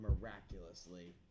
miraculously